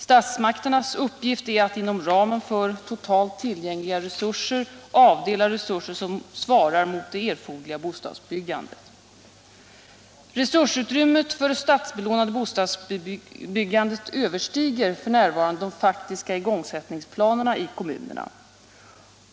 Statsmakternas uppgift är att inom ramen för totalt tillgängliga resurser avdela resurser som svarar mot det erforderliga bostadsbyggandet. Resursutrymmet för det statsbelånade bostadsbyggandet överstiger f. n. de faktiska igångsättningsplanerna i kommunerna.